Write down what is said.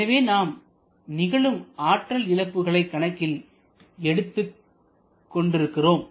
எனவே நாம் நிகழும் ஆற்றல் இழப்புகளை கணக்கில் எடுத்துக் கொண்டிருக்கிறோம்